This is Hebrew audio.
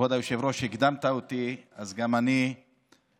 כבוד היושב-ראש, הקדמת אותי, אז גם אני מצטרף